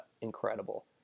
incredible